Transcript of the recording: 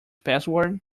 password